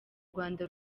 rwanda